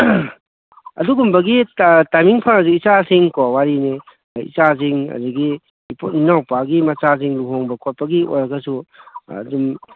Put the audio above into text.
ꯑꯗꯨꯒꯨꯝꯕꯒꯤ ꯇꯥꯏꯃꯤꯡ ꯐꯪꯉꯗꯤꯀꯣ ꯏꯆꯥꯁꯤꯡ ꯋꯥꯔꯤꯅꯤ ꯏꯆꯥꯁꯤꯡ ꯑꯗꯒꯤ ꯏꯅꯥꯎꯄꯥꯒꯤ ꯃꯆꯥꯁꯤꯡ ꯂꯨꯍꯣꯡꯕ ꯈꯣꯠꯄꯒꯤ ꯑꯣꯏꯔꯒꯁꯨ ꯑꯗꯨꯝ